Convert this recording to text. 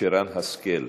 שרן השכל,